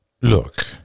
Look